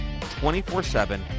24-7